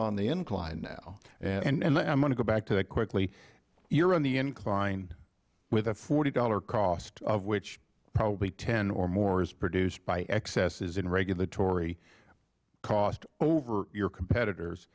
on the incline now chairman issa i want to go back to that quickly you're on the incline with a forty dollars cost of which probably ten or more is produced by excesses in regulatory costs over your competitors